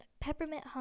peppermint